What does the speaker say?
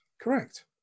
correct